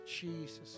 Jesus